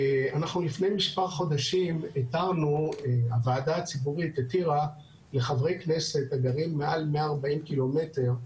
לפני מספר חודשים הוועדה הציבורית התירה לחברי כנסת הגרים מעל 140 ק"מ,